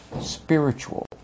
spiritual